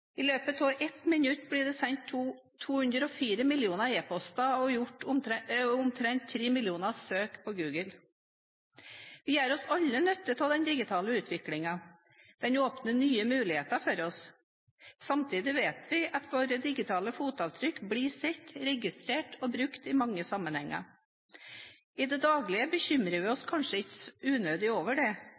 I løpet av ett minutt blir det sendt 204 millioner e-poster, og det blir gjort omtrent tre millioner søk på Google. Vi gjør oss alle nytte av den digitale utviklingen. Den åpner nye muligheter for oss. Samtidig vet vi at våre digitale fotavtrykk blir sett, registrert og brukt i mange sammenhenger. I det daglige bekymrer vi oss kanskje ikke unødig over det,